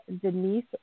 Denise